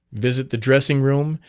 visit the dressing-room,